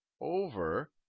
over